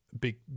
Big